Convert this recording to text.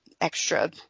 extra